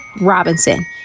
Robinson